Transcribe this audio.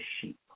sheep